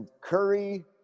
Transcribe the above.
Curry